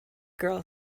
girl